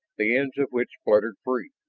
the ends of which fluttered free.